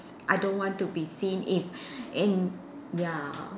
I don't want to be seen if in ya